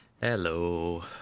Hello